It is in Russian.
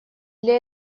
для